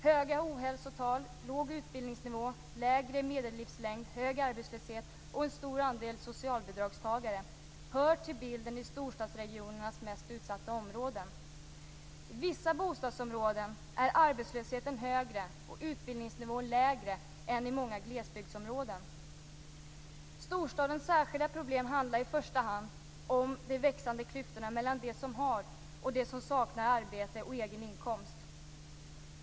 Höga ohälsotal, låg utbildningsnivå, lägre medellivslängd, hög arbetslöshet och en stor andel socialbidragstagare hör till bilden i storstadsregionernas mest utsatta områden. I vissa bostadsområden är arbetslösheten högre och utbildningsnivån lägre än i många glesbygdsområden. Storstadens särskilda problem handlar i första hand om de växande klyftorna mellan dem som har och dem som saknar arbete och egen inkomst.